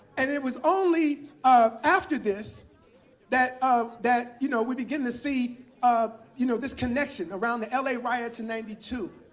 and it was only ah after this that um that you know we begin to see um you know this connection around the la riots in ninety two,